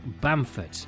Bamford